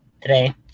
today